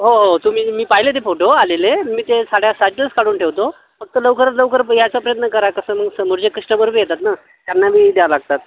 हो हो तुम्ही मी पाहिले ते फोटो आलेले मी ते साड्या साईडलाच काढून ठेवतो फक्त लवकरात लवकर यायचा प्रयत्न करा कसं मग समोर जे कश्टमरबी येतात नं त्यांनाही द्यावं द्यावं लागतात